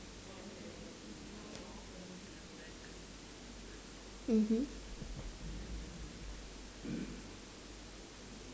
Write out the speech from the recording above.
mmhmm